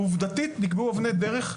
עובדתית נקבעו אבני דרך.